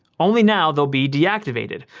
only now there'll be deactivated.